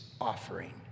offering